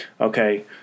okay